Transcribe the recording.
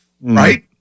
right